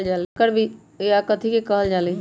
संकर बिया कथि के कहल जा लई?